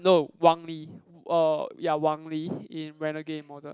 no Wang-Lee er ya Wang-Lee in Renegade Immortal